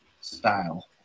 style